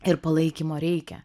ir palaikymo reikia